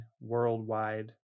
worldwide